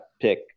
pick